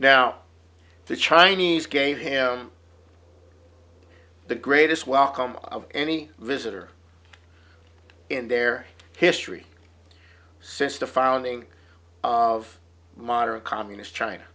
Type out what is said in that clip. now the chinese gave him the greatest welcome of any visitor in their history since the founding of modern communist china